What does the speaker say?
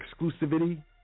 exclusivity